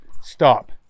stop